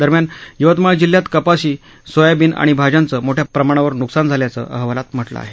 दरम्यान यवतमाळ जिल्ह्यात कपासी सोयाबिन आणि भाज्यांचं मोठ्या प्रमाणावर न्कसान झाल्याचं अहवालात म्हटलं आहे